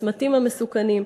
הצמתים המסוכנים.